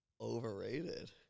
Overrated